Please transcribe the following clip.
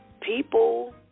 people